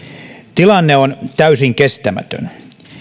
tilanne on täysin kestämätön